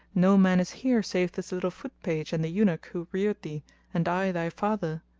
no man is here save this little foot page and the eunuch who reared thee and i, thy father.